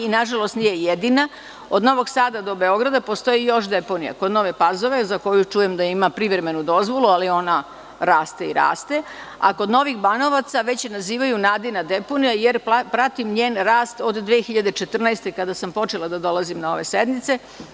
Nažalost, nije jedina, od Novog Sada do Beograda postoji još deponija, kod Nove Pazove za koju čujem da ima privremenu dozvolu, ali ona raste i raste, a kod Novih Banovca već je nazivaju Nadina deponija, jer pratim njen rast od 2014. godine, kada sam počela da dolazim na ove sednice.